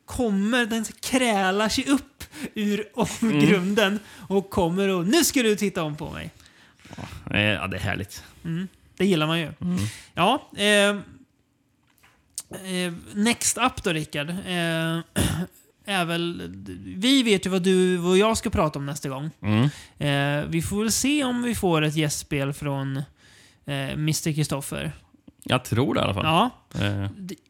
kommer den kräla sig upp ur omgrunden Mm. och kommer och- nu ska du titta om på mig. Ja, det är- ja, det är härligt. Mm, det gillar man ju. Mm. Ja, eh, eh, next up då, Rickard, eh, är väl- vi vet ju vad du och jag ska prata om nästa gång. Mm. Eh, vi får väl se om vi får ett gästspel från, eh, Mr. Christopher. Jag tror det, i alla fall. Ja. Eh. Det-